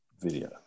video